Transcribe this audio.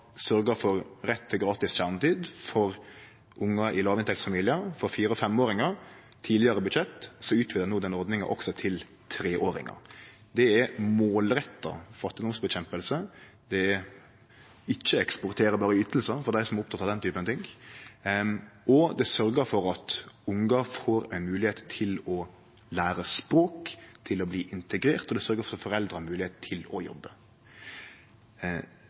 for rett til gratis kjernetid for ungar – fire–femåringar – i låginntektsfamiliar, utvidar vi no den ordninga også til treåringar. Det er målretta fattigdomsnedkjemping – det er ikkje berre å eksportere ytingar, for dei som er opptekne av den typen ting. Det sørgjer for at ungar får ei moglegheit til å lære språk, til å bli integrerte, og det sørgjer for at foreldra har moglegheit til å jobbe.